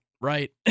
right